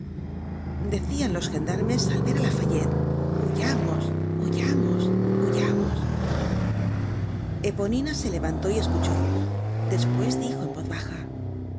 decían los gendarmes al ver á lafayette huyamos huyamos huyamos eponina se levantó y escuchó despues dijo en voz baja él es y